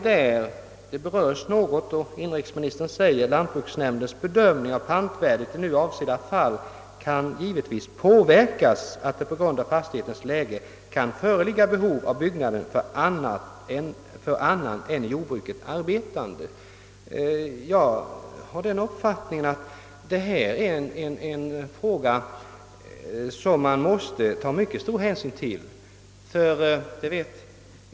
Det heter där: »Länsbostadsnämndens bedömning av pantvärdet i nu avsedda fall kan givetvis påverkas av att det på grund av fastighetens läge kan föreligga behov av byggnaden för annan än i jordbruket arbetande.» Jag har den uppfattningen att detta är ett förhållande som man måste ta mycket stor hänsyn till.